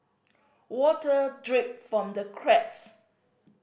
water drip from the cracks